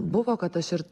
buvo kad aš ir